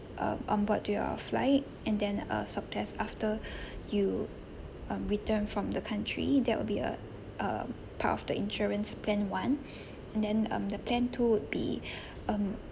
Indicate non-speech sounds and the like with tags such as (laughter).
uh on board to your flight and then a swab test after (breath) you um return from the country that will be a um part of the insurance plan one (breath) and then um the plan two would be (breath) um